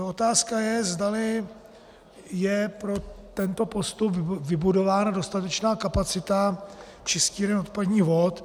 Otázka je, zdali je pro tento postup vybudována dostatečná kapacita čistíren odpadních vod.